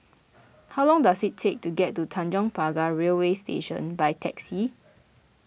how long does it take to get to Tanjong Pagar Railway Station by taxi